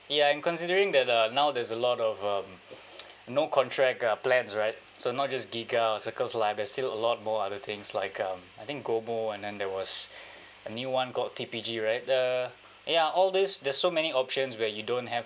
ya and considering that uh now there's a lot of um no contract uh plans right so not just Giga circles life there's still a lot more other things like um I think gomo and then there was a new one called T_P_G right the ya all these there's so many options where you don't have